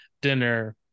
dinner